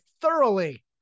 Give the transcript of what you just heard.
thoroughly